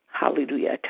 Hallelujah